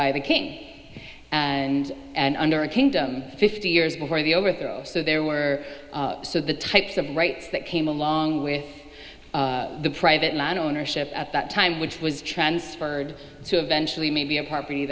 by the king and and under a kingdom fifty years before the overthrow so there were so the types of rights that came along with the private land ownership at that time which was transferred to eventually maybe a p